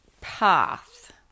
path